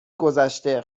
گذشته